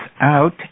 out